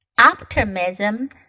Optimism